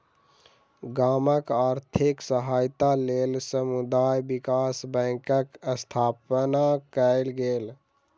गामक आर्थिक सहायताक लेल समुदाय विकास बैंकक स्थापना कयल गेल